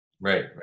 Right